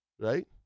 right